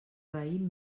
raïm